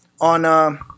on